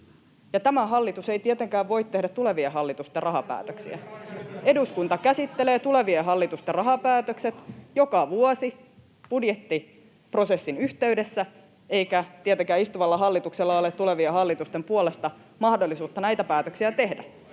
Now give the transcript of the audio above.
Tämä hallitus ei tietenkään voi tehdä tulevien hallitusten rahapäätöksiä. [Ben Zyskowiczin välihuuto] Eduskunta käsittelee tulevien hallitusten rahapäätökset joka vuosi budjettiprosessin yhteydessä, eikä tietenkään istuvalla hallituksella ole tulevien hallitusten puolesta mahdollisuutta näitä päätöksiä tehdä.